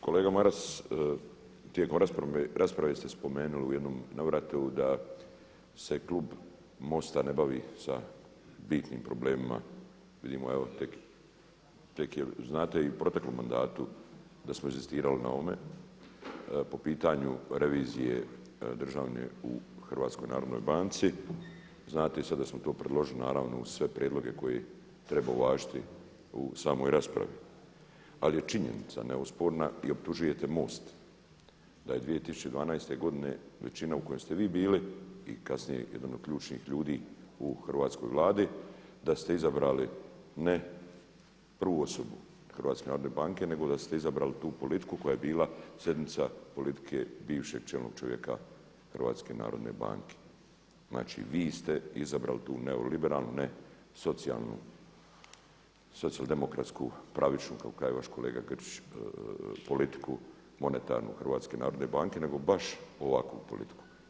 Kolega Maras, tijekom rasprave ste spomenuli u jednom navratu da se klub MOST-a ne bavi sa bitnim problemima, vidimo tek je znate i u proteklom mandatu da smo inzistirali na ovome po pitanju revizije državne u HNB-u, znate da smo sada to predložili uz sve prijedloge koje treba uvažiti u samoj raspravi, ali je činjenica neosporna i optužujete MOST da je 2012. godine većina u kojoj ste vi bili i kasnije jedan od ključnih ljudi u hrvatskoj Vladi, da ste izabrali ne prvu osobu HNB-a nego da ste izabrali tu politiku koja je bila … politike bivšeg čelnog čovjeka HNB-a. znači vi ste izabrali tu neoliberalnu ne socijalno demokratsku pravičnu kako kaže vaš kolega Grčić politiku monetarnu HNB-a nego baš ovakvu politiku.